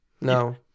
No